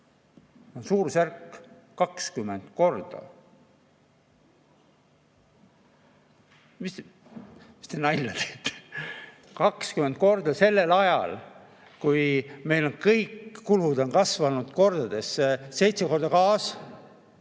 Suurusjärk 20 korda. Mis te nalja teete! 20 korda sellel ajal, kui meil on kõik kulud kasvanud kordades. Seitse korda gaas,